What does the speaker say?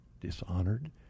dishonored